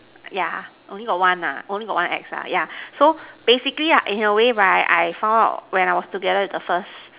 yeah only got one nah only got one ex ah yeah so basically ah in a way right I found out when I was together with the first